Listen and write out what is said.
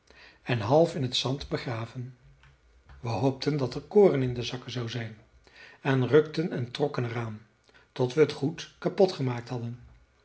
en half in t zand begraven we hoopten dat er koren in de zakken zou zijn en rukten en trokken er aan tot we het goed kapot gemaakt hadden